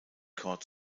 court